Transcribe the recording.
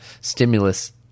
stimulus